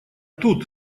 тут